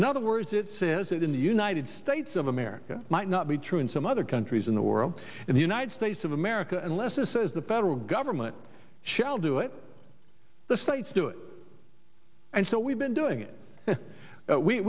in other words it says that in the united states of america might not be true in some other countries in the world in the united states of america unless a says the federal government shall do it the states do it and so we've been doing it we